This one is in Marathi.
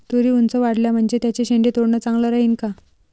तुरी ऊंच वाढल्या म्हनजे त्याचे शेंडे तोडनं चांगलं राहीन का?